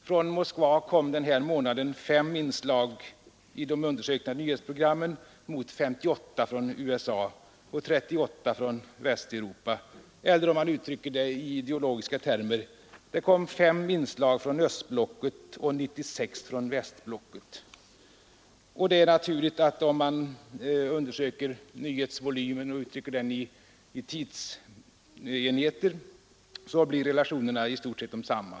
Från Moskva kom denna månad endast fem inslag i de undersökta nyhetsprogrammen mot 58 från USA och 38 från Västeuropa eller i ideologiska termer: fem inslag från östblocket och 96 från västblocket. Om man uttrycker nyhetsvolymen i tidsenheter, blir relationerna i stort sett desamma.